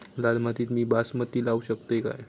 लाल मातीत मी बासमती लावू शकतय काय?